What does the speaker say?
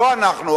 לא אנחנו,